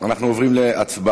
אנחנו עוברים להצבעה